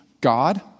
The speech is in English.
God